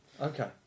Okay